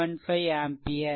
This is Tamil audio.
75 ஆம்பியர்